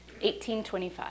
1825